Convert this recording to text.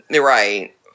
Right